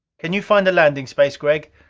can you find landing space, gregg?